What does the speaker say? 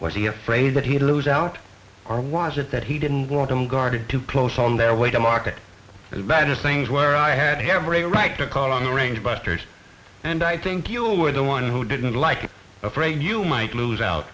was he afraid that he'd lose out or was it that he didn't want them guarded too close on their way to market as bad as things where i had every right to call on the range busters and i think you were the one who didn't like afraid you might lose out